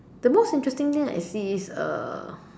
the most interesting thing that I see is uh